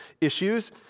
issues